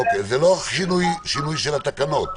זה לא יצריך שינוי של התקנות?